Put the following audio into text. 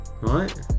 Right